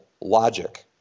logic